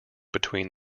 between